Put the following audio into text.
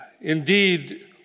Indeed